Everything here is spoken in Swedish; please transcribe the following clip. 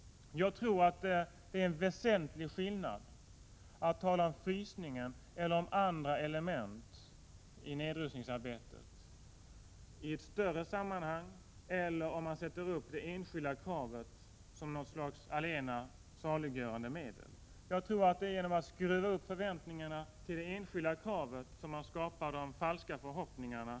Jag tror det är en väsentlig skillnad mellan att tala om frysningen och andra element i nedrustningsarbetet i ett större sammanhang, och att sätta upp det enskilda kravet som något slags allena saliggörande medel. Jag tror att det är genom att skruva upp förväntningarna inför det enskilda kravet som man skapar de falska förhoppningarna.